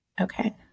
okay